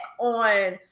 on